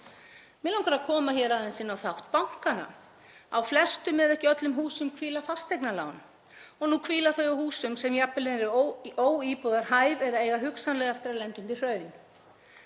Mig langar að koma hér aðeins inn á þátt bankanna. Á flestum ef ekki öllum húsum hvíla fasteignalán og nú hvíla þau á húsum sem jafnvel eru óíbúðarhæf eða eiga hugsanlega eftir að fara undir hraun.